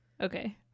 okay